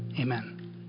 Amen